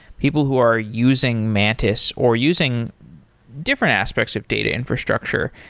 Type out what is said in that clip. people who are using mantis, or using different aspects of data infrastructure,